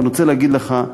ואני רוצה להגיד לך,